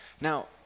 Now